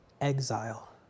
exile